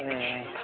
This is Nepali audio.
ए